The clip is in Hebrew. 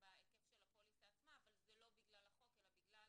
בהיקף של הפוליסה עצמה אבל זה לא בגלל החוק אלא בגלל